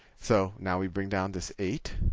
so now we bring down this eight.